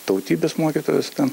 tautybės mokytojos ten